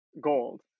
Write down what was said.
gold